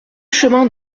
chemin